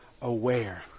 aware